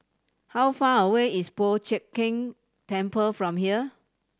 how far away is Po Chiak Keng Temple from here